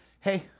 Hey